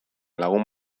lagun